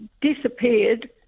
disappeared